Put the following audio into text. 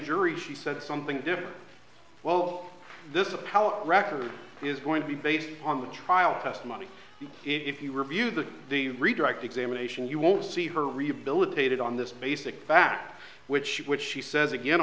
jury she said something different well this is a powell record is going to be based on the trial testimony if you review the the redirect examination you won't see her rehabilitated on this basic back which she says again